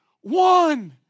one